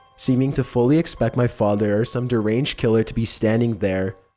seeming to fully expect my father or some deranged killer to be standing there.